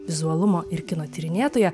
vizualumo ir kino tyrinėtoja